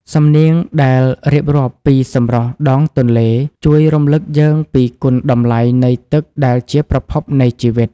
សំនៀងដែលរៀបរាប់ពីសម្រស់ដងទន្លេ ជួយរំលឹកយើងពីគុណតម្លៃនៃទឹកដែលជាប្រភពនៃជីវិត។